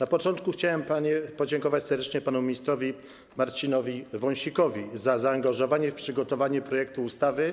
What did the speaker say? Na początku chciałem podziękować serdecznie panu ministrowi Marcinowi Wąsikowi za zaangażowanie w przygotowanie projektu ustawy...